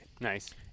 Nice